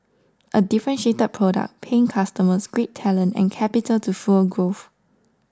a differentiated product paying customers great talent and capital to fuel growth